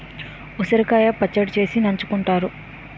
ఉసిరికాయ పచ్చడి చేసి నంచుకుంతారు